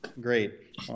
Great